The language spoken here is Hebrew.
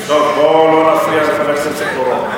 בואו לא נפריע לחבר הכנסת אורון.